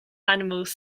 animals